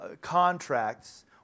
contracts